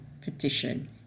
petition